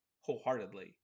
wholeheartedly